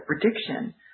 prediction